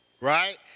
right